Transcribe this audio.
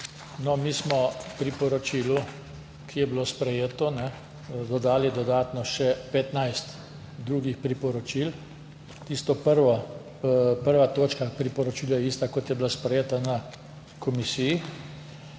Mi smo pri poročilu, ki je bilo sprejeto, dodali dodatno še 15 drugih priporočil. Prva točka priporočila je ista, kot je bila sprejeta na komisiji,